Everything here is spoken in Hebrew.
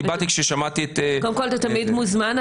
באתי כששמעתי את --- קודם כל אתה תמיד מוזמן,